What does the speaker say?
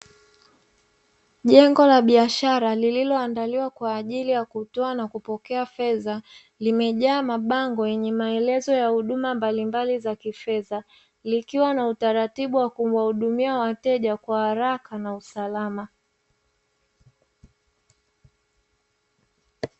Jengo la biashara lililoandaliwa kwa ajili ya kutoa na kupokea fedha, limejaa mabango yenye maelezo ya huduma mbalimbali za kifedha; likiwa na utaratibu wa kuwahudumia wateja kwa haraka na usalama.